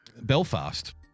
Belfast